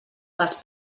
cas